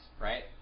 right